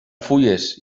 fulles